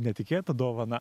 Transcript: netikėta dovana